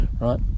right